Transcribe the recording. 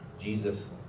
Jesus